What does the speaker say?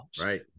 Right